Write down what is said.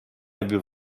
abby